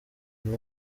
uyu